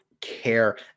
care